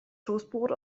toastbrot